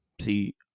see